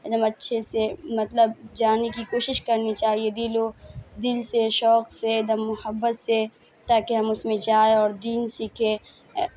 ایک دم اچھے سے مطلب جانے کی کوشش کرنی چاہیے دلوں دل سے شوق سے ایک دم محبت سے تاکہ ہم اس میں جائے اور دین سیکھے